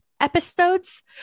episodes